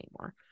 anymore